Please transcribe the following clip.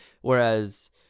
Whereas